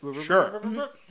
Sure